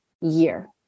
year